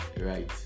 right